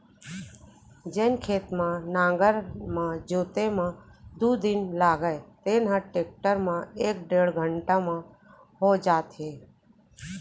जेन खेत ल नांगर म जोते म दू दिन लागय तेन ह टेक्टर म एक डेढ़ घंटा म हो जात हे